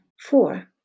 Four